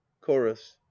chorus